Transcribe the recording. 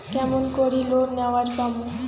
কেমন করি লোন নেওয়ার পামু?